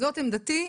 זאת עמדתי,